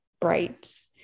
bright